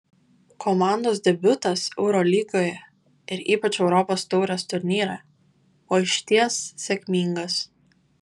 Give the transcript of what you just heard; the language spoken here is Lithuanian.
komandos debiutas eurolygoje ir ypač europos taurės turnyre buvo išties sėkmingas